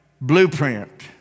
blueprint